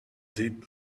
deep